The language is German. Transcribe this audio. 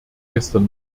gestern